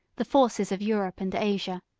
the forces of europe and asia.